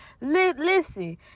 Listen